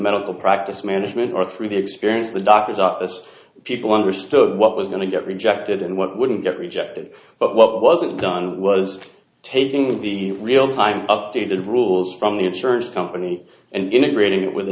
medical practice management or through the experience the doctor's office people understood what was going to get rejected and what wouldn't get rejected but what wasn't done was taking the real time updated rules from the insurance company and integrating it with